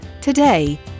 Today